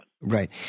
Right